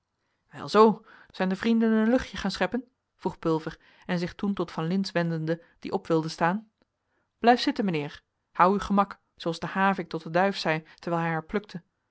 wel zoo zijn de vrienden een luchtje gaan scheppen vroeg pulver en zich toen tot van lintz wendende die op wilde staan blijf zitten mijnheer hou uw gemak zooals de havik tot de duif zei terwijl hij haar plukte